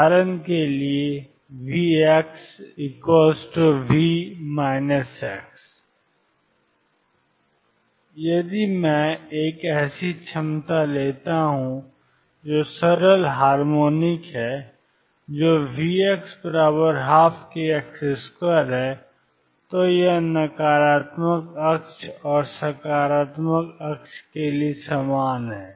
उदाहरण के लिए VxV उदाहरण के लिए यदि मैं एक ऐसी क्षमता लेता हूं जो सरल हार्मोनिक है जो Vx12kx2 है तो यह नकारात्मक अक्ष और सकारात्मक अक्ष के लिए समान है